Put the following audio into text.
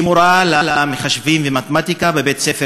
היא מורה למחשבים ומתמטיקה בבית-הספר